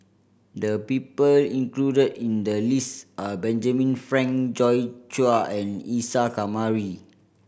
the people include in the list are Benjamin Frank Joi Chua and Isa Kamari